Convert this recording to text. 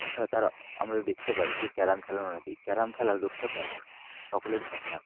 তাছাড়া তারা আমরা দেকতে পাই যে ক্যারাম খেলেন অনেকেই ক্যারাম খেলার দক্ষতা সকলের থাকে না